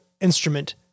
instrument